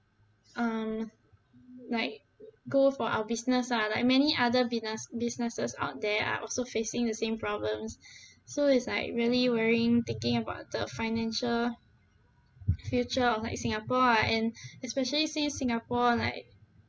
um like go for our business lah like many other binas~ businesses out there are also facing the same problems so it's like really worrying thinking about the financial future of like singapore ah and especially since singapore like